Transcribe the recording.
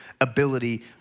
ability